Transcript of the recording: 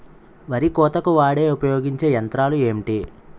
వరి కోతకు వాడే ఉపయోగించే యంత్రాలు ఏంటి?